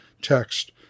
text